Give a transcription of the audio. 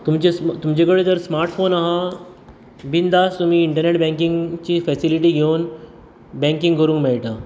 तुमचेस म तुमचे कडेन जर स्मार्टफोन आहा बिंदास तुमी इन्टर्नेट बँकींगची फेसिलिटी घेवन बँकींग करूंक मेळटा